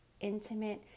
intimate